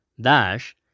dash